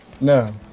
No